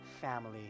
family